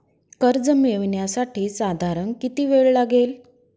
कर्ज मिळविण्यासाठी साधारण किती वेळ लागेल?